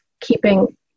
keeping